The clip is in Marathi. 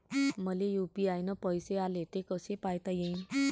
मले यू.पी.आय न पैसे आले, ते कसे पायता येईन?